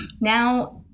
Now